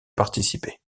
participer